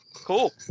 Cool